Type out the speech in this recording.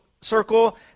circle